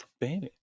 Baby